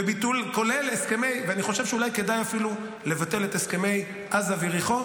ואני חושב שכדאי אפילו לבטל את הסכמי עזה ויריחו,